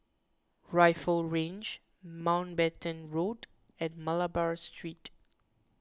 Rifle Range Mountbatten Road and Malabar Street